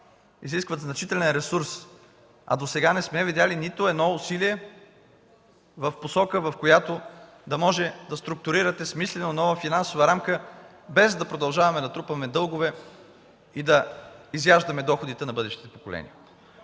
изискват значителен ресурс, а досега не сме видели нито едно усилие в посока, в която да може да структурирате смислено нова финансова рамка, без да продължаваме да трупаме дългове и да изяждаме доходите на бъдещите поколения.